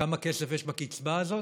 כמה כסף יש בקצבה הזאת,